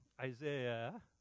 Isaiah